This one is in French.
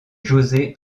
josé